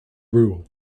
rule